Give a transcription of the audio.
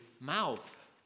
mouth